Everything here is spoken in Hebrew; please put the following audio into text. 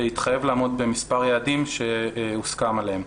שהתחייב לעמוד במספר יעדים שהוסכם עליהם.